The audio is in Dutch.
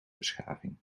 beschaving